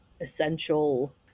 essential